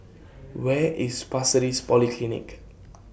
Where IS Pasir Ris Polyclinic